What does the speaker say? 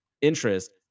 interest